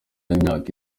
y’imyaka